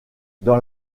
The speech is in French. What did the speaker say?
dans